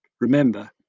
Remember